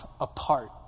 apart